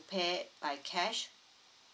pay by cash